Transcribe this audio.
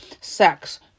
Sex